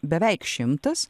beveik šimtas